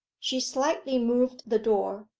she slightly moved the door.